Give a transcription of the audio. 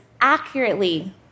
accurately